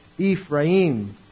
Ephraim